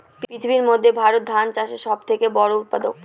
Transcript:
পৃথিবীর মধ্যে ভারত ধান চাষের সব থেকে বড়ো উৎপাদক